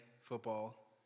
football